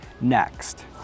next